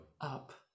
up